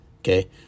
Okay